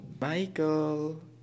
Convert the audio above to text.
Michael